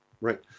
Right